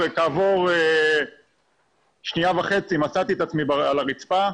וכעבור שנייה וחצי מצאתי את עצמי על הרצפה.